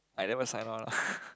I never sign on lah